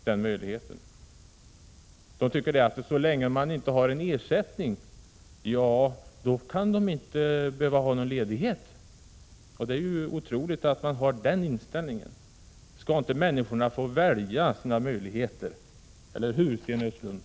Socialdemokraterna tycker att så länge man inte får någon ersättning kan man inte heller behöva någon ledighet. Det är otroligt att socialdemokraterna har denna inställning. Människorna skall väl få välja sina möjligheter, eller hur Sten Östlund?